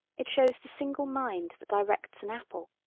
it shows the single mind that directs an apple.